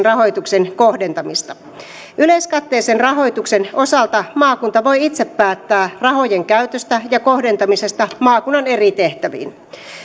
rahoituksen kohdentamista yleiskatteellisen rahoituksen osalta maakunta voi itse päättää rahojen käytöstä ja kohdentamisesta maakunnan eri tehtäviin